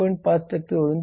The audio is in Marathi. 5 वरून 3